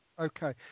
Okay